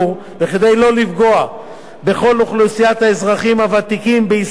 וכדי לא לפגוע בכל אוכלוסיית האזרחים הוותיקים בישראל,